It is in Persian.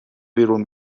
بیرون